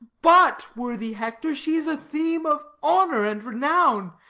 but, worthy hector, she is a theme of honour and renown,